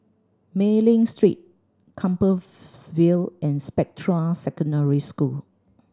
Mei Ling Street Compassvale and Spectra Secondary School